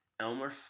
Elmer